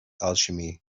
alchemy